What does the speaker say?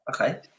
okay